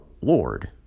Lord